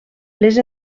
les